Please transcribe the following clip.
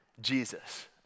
Jesus